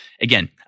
Again